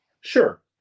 sure